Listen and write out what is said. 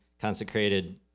consecrated